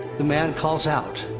the man calls out.